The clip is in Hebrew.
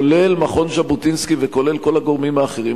כולל מכון ז'בוטינסקי וכולל כל הגורמים האחרים,